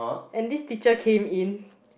and this teacher came in